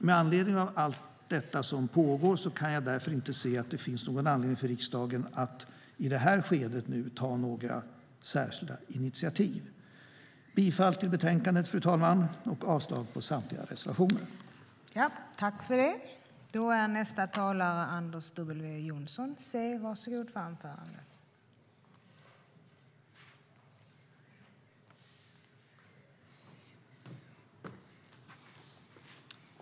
Med tanke på allt det arbete som pågår kan jag därför inte se att det finns någon anledning för riksdagen att i det här skedet ta några initiativ.